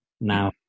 now